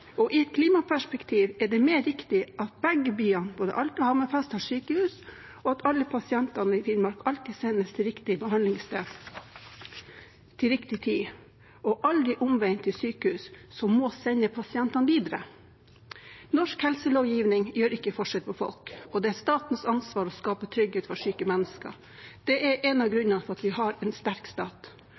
og i et klimaperspektiv er det mer riktig at begge byene, både Alta og Hammerfest, har sykehus, og at alle pasientene i Finnmark alltid sendes til riktig behandlingssted til riktig tid, og aldri omvendt – til sykehus som må sende pasientene videre. Norsk helselovgivning gjør ikke forskjell på folk, og det er statens ansvar å skape trygghet for syke mennesker. Det er en av grunnene til at vi har en sterk stat.